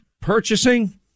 purchasing